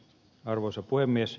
arvoisa puhemies